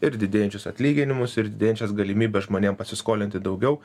ir didėjančius atlyginimus ir didėjančias galimybes žmonėm pasiskolinti daugiau